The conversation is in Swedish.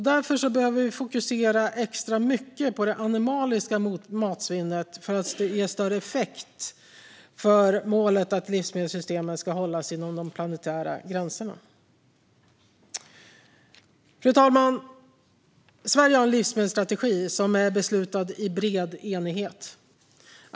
Därför behöver vi fokusera extra mycket på det animaliska matsvinnet för att få större effekt när det gäller målet att livsmedelssystemen ska hållas inom de planetära gränserna. Fru talman! Sverige har en livsmedelsstrategi som är beslutad i bred enighet.